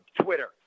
Twitter